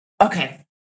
Okay